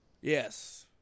Yes